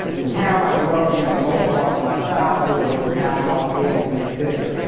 the town i grew up in for most part of my childhood was a town called wiggins, mississippi.